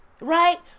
right